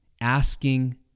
Asking